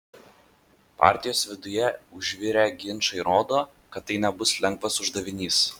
partijos viduje užvirę ginčai rodo kad tai nebus lengvas uždavinys